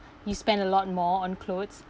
you spend a lot more on clothes